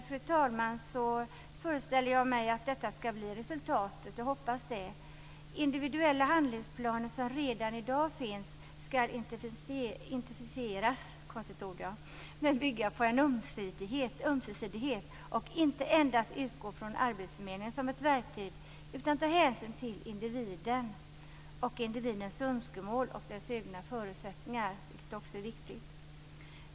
Jag har åtminstone föreställt mig att detta ska bli resultatet. Jag hoppas det. Individuella handlingsplaner som finns redan i dag ska intensifieras och bygga på en ömsesidighet. De ska inte endast utgå från arbetsförmedlingen som ett verktyg utan de ska ta hänsyn till individen, individens önskemål och individens egna förutsättningar. Det är också viktigt.